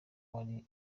wari